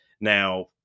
Now